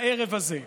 הערב הזה.